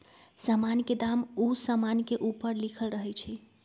समान के दाम उ समान के ऊपरे लिखल रहइ छै